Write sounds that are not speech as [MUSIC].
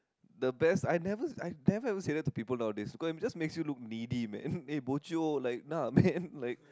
the best I never I never ever say that to people nowadays because it just makes you look needy man [LAUGHS] eh bo jio like nah man